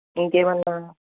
ఇంకేమన్నా